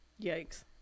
yikes